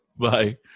bye